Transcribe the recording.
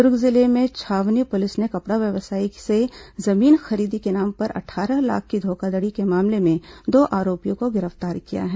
दुर्ग जिले में छावनी पुलिस ने कपड़ा व्यवसायी से जमीन खरीदी के नाम पर अट्ठारह लाख रूपये की धोखाधड़ी के मामले में दो आरोपियों को गिरफ्तार किया है